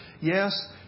Yes